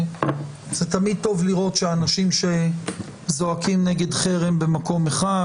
תמיד טוב לראות שאנשים שזועקים נגד חרם במקום אחד,